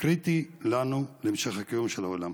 קריטי לנו להמשך הקיום של העולם.